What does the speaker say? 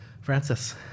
Francis